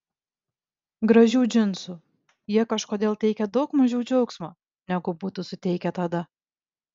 gražių džinsų jie kažkodėl teikia daug mažiau džiaugsmo negu būtų suteikę tada